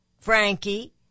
Frankie